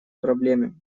проблеме